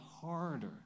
harder